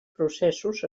processos